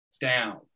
down